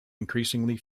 increasingly